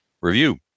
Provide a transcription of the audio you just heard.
Review